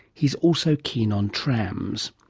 he's also keen on trams.